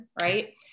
right